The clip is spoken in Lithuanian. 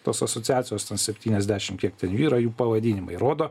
tos asociacijos septyniasdešim kiek ten yra jų pavadinimai rodo